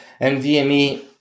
NVMe